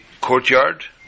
courtyard